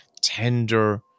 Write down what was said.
tender